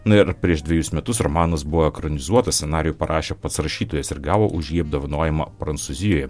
na ir prieš dvejus metus romanas buvo ekranizuotas scenarijų parašė pats rašytojas ir gavo už jį apdovanojimą prancūzijoje